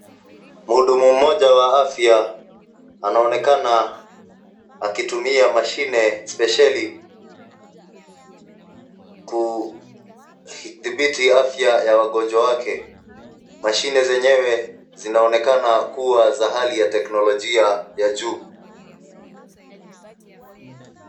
Muhudumu mmoja wa afya anaonekana akitumia mashine spesheli kudhibiti afya ya wagonjwa wake. Mashine zenyewe zinaonekana kuwa za hali ya teknolojia ya juu.